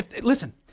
Listen